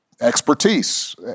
expertise